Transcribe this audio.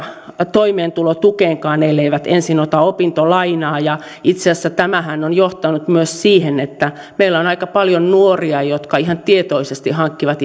toimeentulotukeenkaan elleivät ensin ota opintolainaa ja tämähän on itse asiassa johtanut myös siihen että meillä on aika paljon nuoria jotka ihan tietoisesti hankkivat